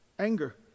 Anger